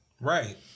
Right